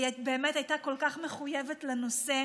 והיא באמת הייתה כל כך מחויבת לנושא.